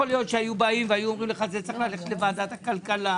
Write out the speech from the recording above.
יכול להיות שהיו באים ואומרים לך: זה צריך ללכת לוועדת הכלכלה.